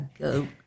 go